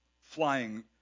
flying